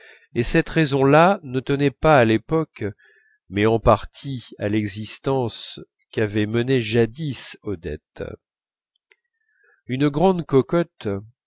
et cette raison là ne tenait pas à l'époque mais en partie à l'existence qu'avait menée jadis odette une grande cocotte